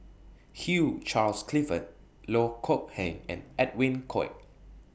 Hugh Charles Clifford Loh Kok Heng and Edwin Koek